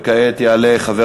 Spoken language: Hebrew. וכעת יעלה חבר